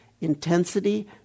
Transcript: intensity